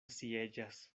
sieĝas